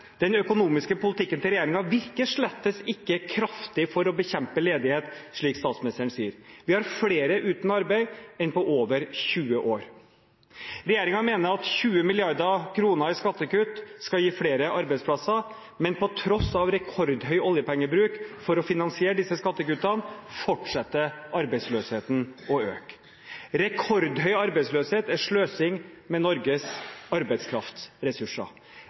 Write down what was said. Den økonomiske politikken til regjeringen virker slettes ikke kraftig for å bekjempe ledighet, slik statsministeren sier. Vi har flere uten arbeid enn på over 20 år. Regjeringen mener at 20 mrd. kr i skattekutt skal gi flere arbeidsplasser, men på tross av rekordhøy oljepengebruk for å finansiere disse skattekuttene fortsetter arbeidsløsheten å øke. Rekordhøy arbeidsløshet er sløsing med Norges arbeidskraftsressurser.